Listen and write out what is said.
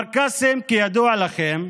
כפר קאסם, כידוע לכם,